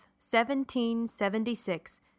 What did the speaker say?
1776